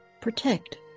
protect